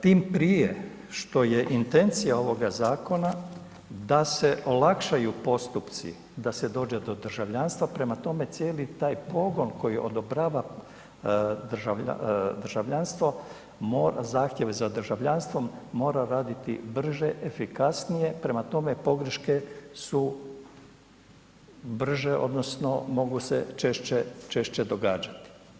Tim prije što je intencija ovoga zakona da se olakšaju postupci da se dođe do državljanstva, prema tome cijeli taj pogon koji odobrava državljanstvo, mora zahtjev za državljanstvom, mora raditi brže, efikasnije prema tome pogreške su brže odnosno mogu se češće, češće događati.